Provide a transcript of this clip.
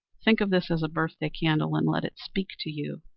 think of this as a birthday candle and let it speak to you.